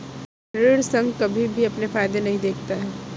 ऋण संघ कभी भी अपने फायदे नहीं देखता है